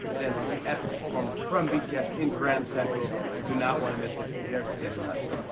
it ends with an epic performance from bts in grand central. you do not want to miss it. you've never seen anything like it.